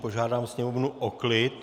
Požádám sněmovnu o klid.